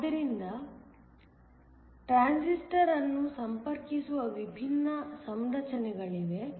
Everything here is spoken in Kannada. ಆದ್ದರಿಂದ ಟ್ರಾನ್ಸಿಸ್ಟರ್ ಅನ್ನು ಸಂಪರ್ಕಿಸುವ ವಿಭಿನ್ನ ಸಂರಚನೆಗಳಿವೆ